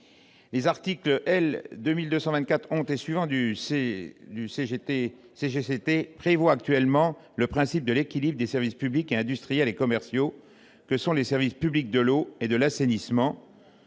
des collectivités territoriales, le CGCT, prévoient actuellement le principe de l'équilibre des services publics industriels et commerciaux que sont les services publics de l'eau et de l'assainissement,